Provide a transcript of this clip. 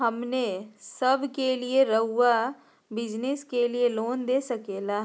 हमने सब के लिए रहुआ बिजनेस के लिए लोन दे सके ला?